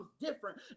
different